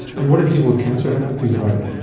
and what did people with cancer think about it?